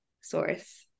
source